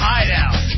Hideout